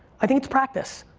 i think it's practice,